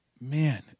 Man